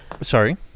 Sorry